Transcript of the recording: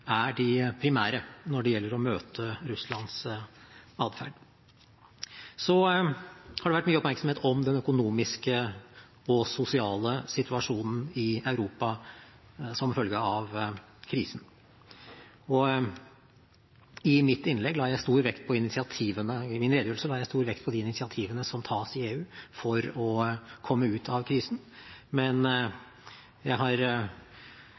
primære når det gjelder å møte Russlands adferd. Så har det vært mye oppmerksomhet om den økonomiske og sosiale situasjonen i Europa som følge av krisen. I min redegjørelse la jeg stor vekt på de initiativene som tas i EU for å komme ut av krisen, men jeg har